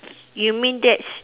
you mean that's